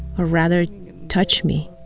or rather touch me,